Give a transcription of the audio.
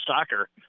soccer